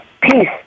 peace